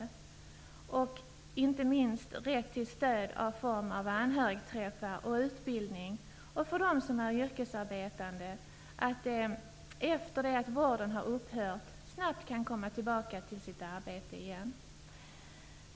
Inte minst gäller det rätten till stöd i form av anhörigträffar och utbildning samt att de som är yrkesarbetande snabbt kan komma tillbaka till sitt arbete igen efter det att vården upphört.